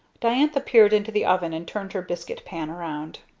diantha peered into the oven and turned her biscuit pan around.